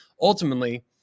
Ultimately